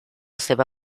seva